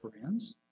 friends